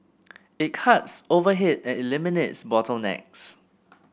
it cuts overhead and eliminates bottlenecks